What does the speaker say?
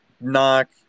knock